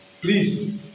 please